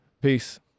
Peace